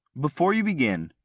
before you begin,